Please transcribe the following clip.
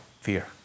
fear